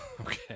Okay